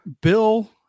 Bill